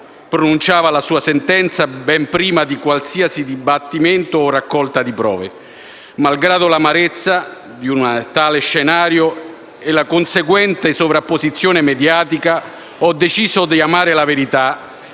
pronunciava la sua sentenza ben prima di qualsiasi dibattimento o raccolta di prove. Malgrado l'amarezza di un tale scenario e la conseguente sovraesposizione mediatica, ho deciso di amare la verità